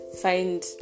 find